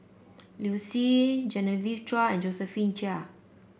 Liu Si Genevieve Chua and Josephine Chia